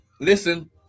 listen